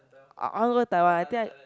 I I want go Taiwan I think I